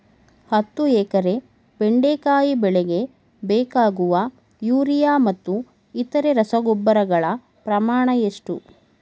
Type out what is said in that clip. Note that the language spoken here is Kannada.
ಹತ್ತು ಎಕರೆ ಬೆಂಡೆಕಾಯಿ ಬೆಳೆಗೆ ಬೇಕಾಗುವ ಯೂರಿಯಾ ಮತ್ತು ಇತರೆ ರಸಗೊಬ್ಬರಗಳ ಪ್ರಮಾಣ ಎಷ್ಟು?